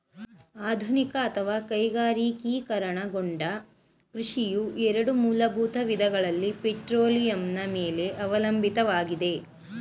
ಆಧುನಿಕ ಅಥವಾ ಕೈಗಾರಿಕೀಕರಣಗೊಂಡ ಕೃಷಿಯು ಎರಡು ಮೂಲಭೂತ ವಿಧಗಳಲ್ಲಿ ಪೆಟ್ರೋಲಿಯಂನ ಮೇಲೆ ಅವಲಂಬಿತವಾಗಿದೆ